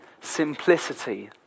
simplicity